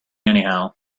anyhow